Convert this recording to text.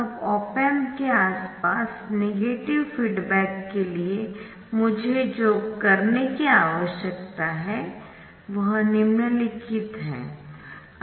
अब op amp के आसपास नेगेटिव फीडबैक के लिए मुझे जो करने की आवश्यकता है वह निम्नलिखित है